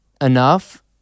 enough